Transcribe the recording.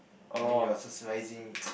I mean your socializing